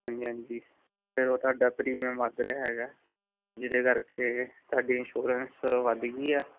ਹਾਂਜੀ ਹਾਂਜੀ ਫਿਰ ਉਹ ਤੁਹਾਡਾ ਪ੍ਰੀਮੀਅਮ ਵੱਧ ਰਿਹਾ ਹੈਗਾ ਜਿਹਦੇ ਕਰਕੇ